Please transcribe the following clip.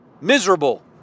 miserable